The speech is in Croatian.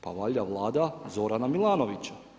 Pa valjda Vlada Zorana Milanovića.